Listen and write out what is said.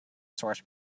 source